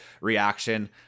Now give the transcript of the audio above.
reaction